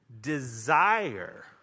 desire